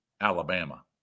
Alabama